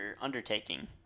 undertaking